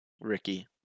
Ricky